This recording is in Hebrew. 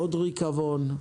עוד ריקבון,